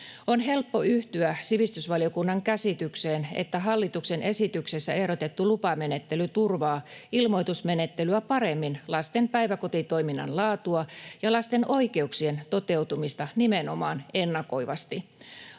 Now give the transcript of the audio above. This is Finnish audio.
On helppo yhtyä sivistysvaliokunnan käsitykseen, että hallituksen esityksessä ehdotettu lupamenettely turvaa ilmoitusmenettelyä paremmin lasten päiväkotitoiminnan laatua ja lasten oikeuksien toteutumista nimenomaan ennakoivasti.